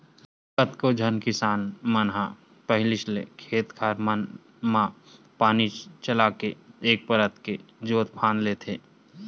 कतको झन किसान मन ह पहिलीच ले खेत खार मन म पानी चलाके एक परत के जोंत फांद लेथे